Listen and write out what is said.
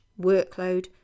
workload